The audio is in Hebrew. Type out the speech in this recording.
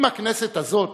אם הכנסת הזאת